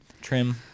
trim